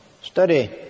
Study